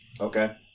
Okay